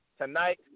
tonight